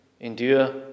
Endure